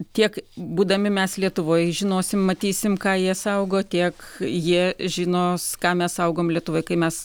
tiek būdami mes lietuvoj žinosim matysim ką jie saugo tiek jie žinos ką mes saugom lietuvoj kai mes